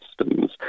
systems